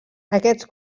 aquests